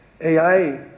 AI